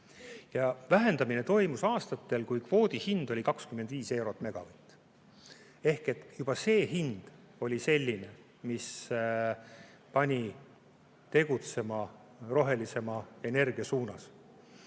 Ja vähendamine toimus aastatel, kui kvoodi hind oli 25 eurot megavati kohta. Ehk juba see hind oli selline, mis pani tegutsema rohelisema energia suunas.